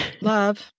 Love